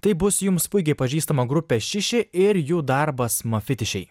tai bus jums puikiai pažįstama grupė šiši ir jų darbas mafitišiai